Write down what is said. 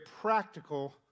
practical